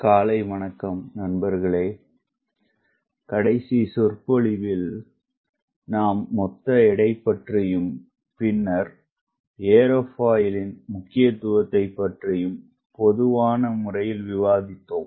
காலை வணக்கம்நண்பர்களேகடைசி சொற்பொழிவு நாம் மொத்த எடைபற்றியும்பின்னர்aerofoilமுக்கியத்துவத்தைப்பற்றியும்பொதுவான முறையில்விவாதித்தோம்